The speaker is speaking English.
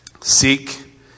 seek